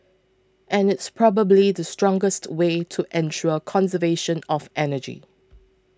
and it's probably the strongest way to ensure conservation of energy